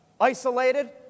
isolated